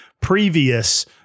Previous